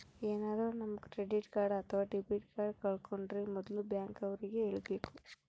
ಏನಾದ್ರೂ ನಮ್ credit card ಅಥವಾ ಡೆಬಿಟ್ ಕಾರ್ಡ್ ಕಳ್ಕೊಂಡ್ರೆ ಮೊದ್ಲು ಬ್ಯಾಂಕ್ ಅವ್ರಿಗೆ ಹೇಳ್ಬೇಕು